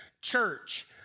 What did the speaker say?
church